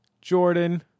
Jordan